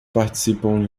participam